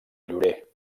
llorer